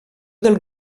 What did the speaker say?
del